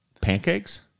pancakes